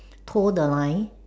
tow the line